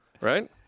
right